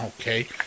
Okay